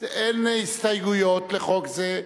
אין הסתייגויות לחוק זה.